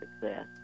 success